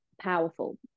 powerful